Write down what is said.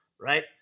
right